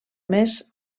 més